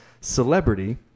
celebrity